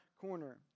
corner